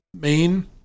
main